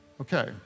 okay